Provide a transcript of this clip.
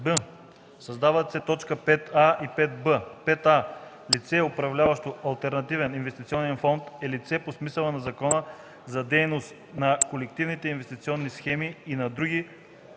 б) създават се т. 5а и 5б: „5a. „Лице, управляващо алтернативен инвестиционен фонд” е лице по смисъла на Закона за дейността на колективните инвестиционни схеми и на други